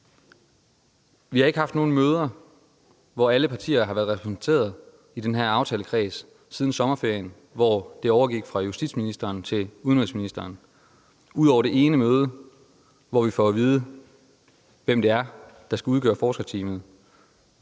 Vi har ikke haft nogen møder, hvor alle partier har været repræsenteret, i den her aftalekreds siden sommerferien, hvor det overgik fra justitsministeren til udenrigsministeren – ud over det ene møde, hvor vi får at vide, hvem det er, der skal udgøre forskerteamet.